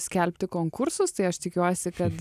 skelbti konkursus tai aš tikiuosi kad